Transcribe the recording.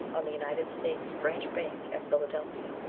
on the united states branch bank, at philadelphia.